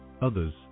others